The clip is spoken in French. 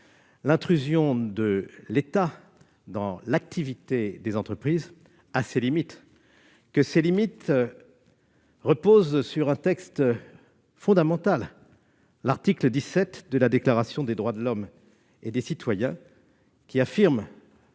l'intrusion de l'État dans l'activité des entreprises est limitée par un texte fondamental, l'article XVII de la Déclaration des droits de l'homme et du citoyen, qui affirme